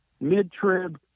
mid-trib